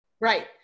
Right